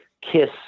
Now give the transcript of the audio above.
Kiss